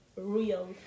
real